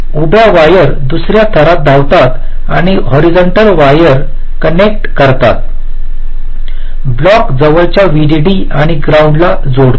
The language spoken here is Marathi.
उभ्या वायर दुसर्या थरात धावतात आणि हॉरिझंटल वायर कनेक्ट करतात ब्लॉक जवळच्या व्हीडीडी आणि ग्राउंडला जोडतो